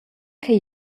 che